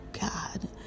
God